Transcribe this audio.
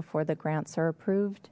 before the grants are approved